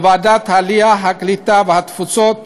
בוועדת העלייה, הקליטה והתפוצות,